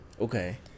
Okay